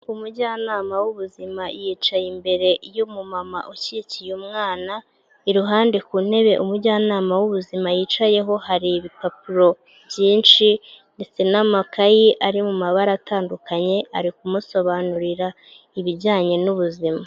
Umujyanama w'ubuzima yicaye imbere y'umumama ukikiye umwana, iruhande ku ntebe umujyanama w'ubuzima yicayeho hari ibipapuro byinshi ndetse n'amakayi ari mu mabara atandukanye ari kumusobanurira ibijyanye n'ubuzima.